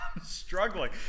Struggling